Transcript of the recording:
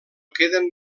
queden